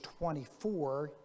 24